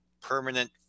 permanent